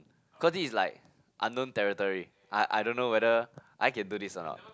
cause this is like unknown territory I I don't know whether I can do this or not